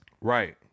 right